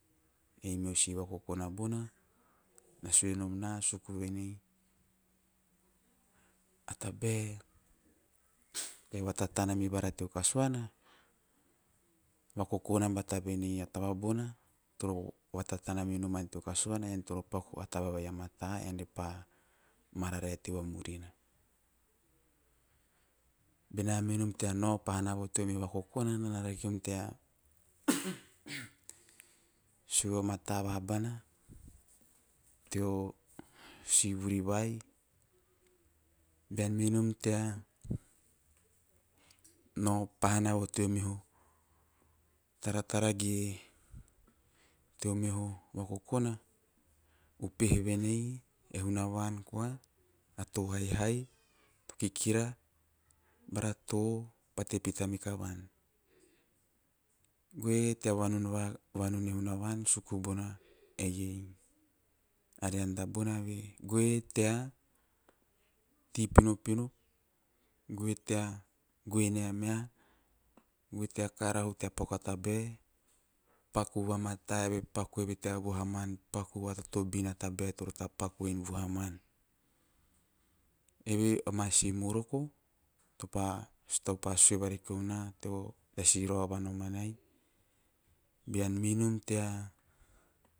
Eve si vakokona bona na sue nom na suku venei a tabae to kahi vatatana bona na sue nom na suku venei a tabae to kahi vatatana mivara teo kasuana vakokona bata venei a taba bona to vatatana meno man teo kasuana ean toro paku a taba vai a mata ean re pa mararae to vamurina. Bena mei nom teo nao pahana teo meho vokokona enana rakenom tea caugh sue vamata vaha bana teo si vuri vai bean mei nom tea pahana vo tea meha taratara ge vakokona upehe venei e hnavan koa a to haihai, kikira baha to pate pita makevan goe tea vanum vaha, vanun e hunavan suku bona eie are anda bonave, goe tea tei pinapo goe tea goe nea meha, goe ta karahu tea paku a tabae paku vamata eve, paku eve tea vuhuman, paku va totobin a tabae toro tapaku en vuhaman. Eve koa si moroko tau pa sue vorekou na tea si roaua va nomanai. Beam mei nom tea